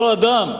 אותו אדם,